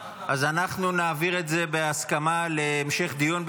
אז נעביר את זה בהסכמה להמשך דיון.